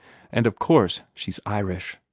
and of course she's irish!